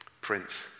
Prince